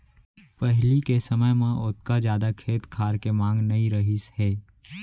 पहिली के समय म ओतका जादा खेत खार के मांग नइ रहिस हे